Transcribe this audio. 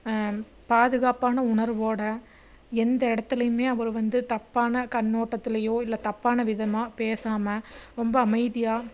பாதுகாப்பான உணர்வோடு எந்த இடத்துலையுமே அவரு வந்து தப்பான கண்ணோட்டத்துலையோ இல்லை தப்பான விதமாக பேசாமல் ரொம்ப அமைதியாக